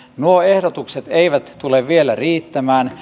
nuo ehdotukset eivät tule vielä riittämään